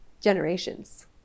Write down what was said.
generations